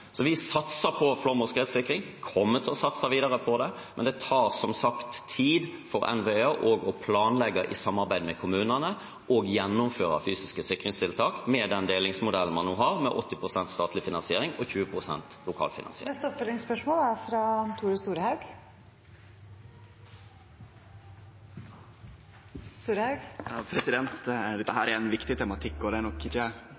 Så vi satser på flom- og skredsikring, vi kommer til å satse videre på det, men det tar som sagt tid for NVE å planlegge i samarbeid med kommunene og gjennomføre fysiske sikringstiltak med den delingsmodellen man nå har, med 80 pst. statlig finansiering og 20 pst. lokal finansiering. Tore Storehaug – til oppfølgingsspørsmål. Dette er ein viktig tematikk, og det er nok